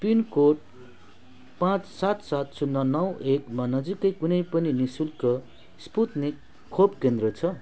pin code पाँच सात सात शून्य नौ एकमा नजिकै कुनै पनि नि शुल्क स्पुत्निक खोपकेन्द्र छ